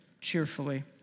cheerfully